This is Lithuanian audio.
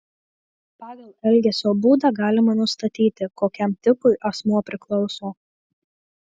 pagal elgesio būdą galima nustatyti kokiam tipui asmuo priklauso